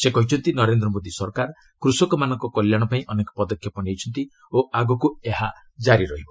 ସେ କହିଛନ୍ତି ନରେନ୍ଦ୍ର ମୋଦୀ ସରକାର କୃଷକମାନଙ୍କ କଲ୍ୟାଣ ପାଇଁ ଅନେକ ପଦକ୍ଷେପ ନେଇଛନ୍ତି ଓ ଆଗକ୍ତ ଏହା ଜାରି ରହିବ